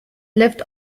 lived